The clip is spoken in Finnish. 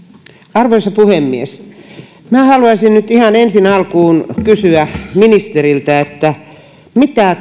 arvoisa puhemies minä haluaisin nyt ihan ensialkuun kysyä ministeriltä mitä